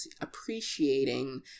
appreciating